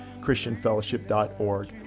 christianfellowship.org